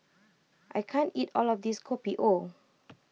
I can't eat all of this Kopi O